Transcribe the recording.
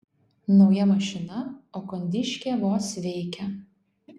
nauja mašina o kondiškė vos veikia